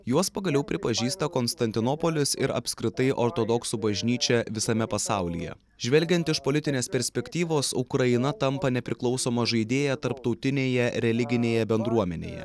juos pagaliau pripažįsta konstantinopolis ir apskritai ortodoksų bažnyčia visame pasaulyje žvelgiant iš politinės perspektyvos ukraina tampa nepriklausoma žaidėja tarptautinėje religinėje bendruomenėje